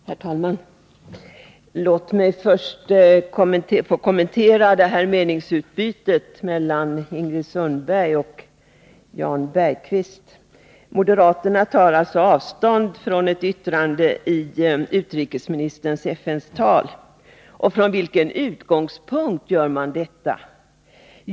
Herr talman! Låt mig först få kommentera meningsutbytet mellan Ingrid Sundberg och Jan Bergqvist. Moderaterna tar alltså avstånd från ett yttrande i utrikesministerns FN-tal. Och från vilken utgångspunkt gör de det?